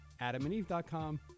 AdamAndEve.com